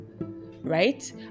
Right